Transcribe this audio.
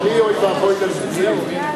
התש"ע 2010, לדיון מוקדם בוועדת הכלכלה נתקבלה.